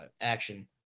action